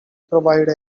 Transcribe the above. provide